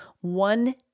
one